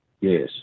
Yes